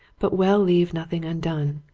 but we'll leave nothing undone.